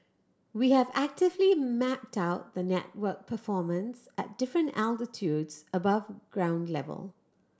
we have actively mapped out the network performance at different altitudes above ground level